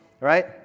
right